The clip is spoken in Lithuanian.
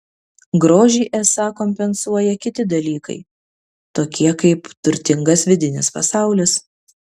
grožį esą kompensuoja kiti dalykai tokie kaip turtingas vidinis pasaulis